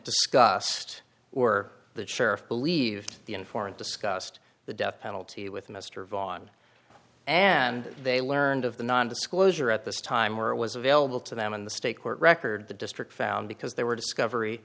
discussed were the sheriff believed the informant discussed the death penalty with mr vaughn and they learned of the nondisclosure at this time where it was available to them in the state court record the district found because they were discovery